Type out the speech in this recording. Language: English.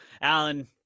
alan